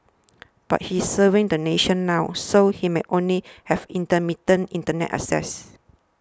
but he is serving the nation now so he might only have intermittent Internet access